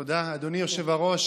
תודה, אדוני היושב-ראש.